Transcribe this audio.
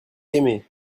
aimée